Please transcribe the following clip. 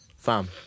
Fam